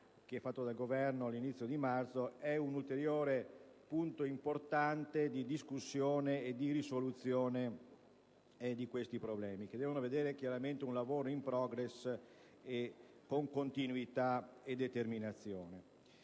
- fatto dal Governo all'inizio di marzo è un ulteriore punto importante di discussione e risoluzione di questi problemi, che devono vedere chiaramente un lavoro *in* *progress* con continuità e determinazione.